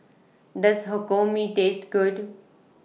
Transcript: Does Hokkien Mee Taste Good